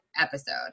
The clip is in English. episode